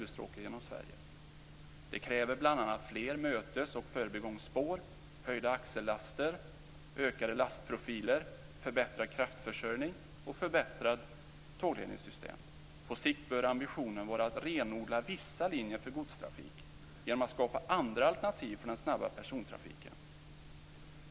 Det kräver bl.a. fler mötes och förbigångsspår, höjda axellaster, ökade lastprofiler, förbättrad kraftförsörjning och förbättrade tågledningssystem. På sikt bör ambitionen vara att renodla vissa linjer för godstrafik genom att skapa andra alternativ för den snabba persontrafiken.